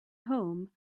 home